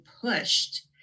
pushed